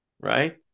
right